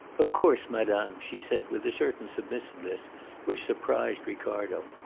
of course, madame, she said, with a certain submissiveness which surprised ricardo.